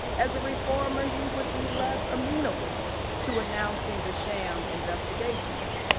as a reformer he would be less amenable to announcing the sham investigation.